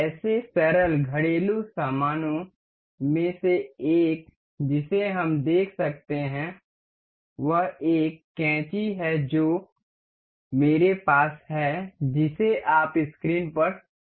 ऐसे सरल घरेलू सामानों में से एक जिसे हम देख सकते हैं वह एक कैंची है जो मेरे पास है जिसे आप स्क्रीन पर देख सकते हैं